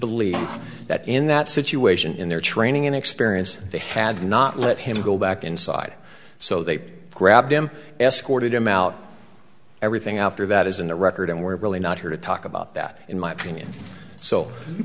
believe that in that situation in their training and experience they had not let him go back inside so they grabbed him escorted him out everything after that is in the record and we're really not here to talk about that in my opinion so you